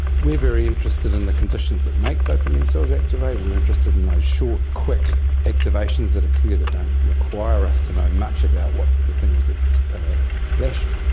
we're very interested in the conditions that make dopamine cells activate. we're interested in those short, quick activations that occur that don't require us to know much about what the thing is that's flashed.